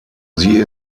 sie